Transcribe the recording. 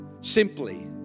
simply